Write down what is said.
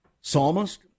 psalmist